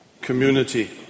community